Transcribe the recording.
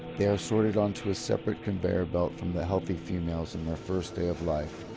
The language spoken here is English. they are sorted onto a separate conveyor belt from the healthy females in their first day of life,